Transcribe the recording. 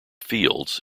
fields